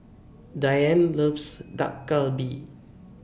Diann loves Dak Galbi